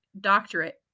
doctorate